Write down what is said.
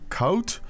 coat